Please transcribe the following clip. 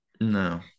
no